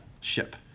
ship